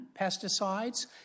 pesticides